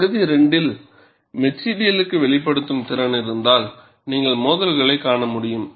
பகுதி 2 இல் மெட்டிரியலுக்கு வெளிபடுத்த்ம் திறனிருந்தால் நீங்கள் மோதல்களை காண முடியும்